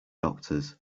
doctors